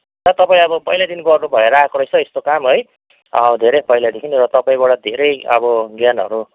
सायद तपाईँ अब पहिलादेखि गर्नुभएर आएको रहेछ यस्तो काम है धेरै पहिलादेखि र तपाईँबाट धेरै अब ज्ञानहरू